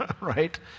right